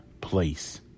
place